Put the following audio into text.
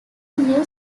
new